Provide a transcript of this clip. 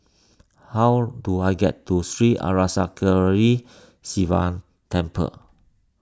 how do I get to Sri Arasakesari Sivan Temple